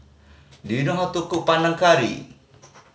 do you know how to cook Panang Curry